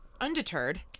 undeterred